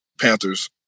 Panthers